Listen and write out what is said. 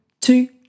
two